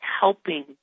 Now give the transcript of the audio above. helping